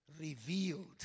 revealed